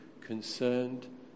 concerned